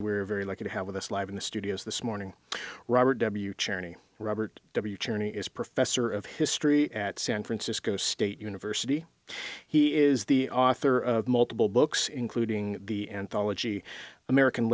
we're very lucky to have with us live in the studios this morning robert w czerny robert w czerny is professor of history at san francisco state university he is the author of multiple books including the anthology american